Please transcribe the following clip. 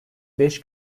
beş